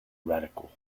radical